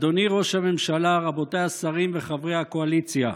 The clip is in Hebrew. אדוני ראש הממשלה, רבותיי השרים וחברי הקואליציה,